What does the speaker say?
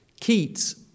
Keats